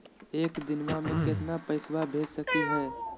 एक दिनवा मे केतना पैसवा भेज सकली हे?